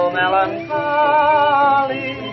melancholy